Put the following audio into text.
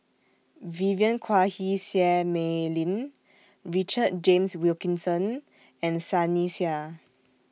Vivien Quahe Seah Mei Lin Richard James Wilkinson and Sunny Sia